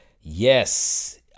Yes